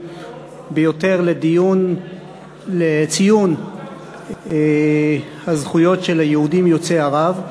ביותר לציון הזכויות של היהודים יוצאי ארצות ערב.